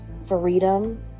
freedom